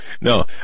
No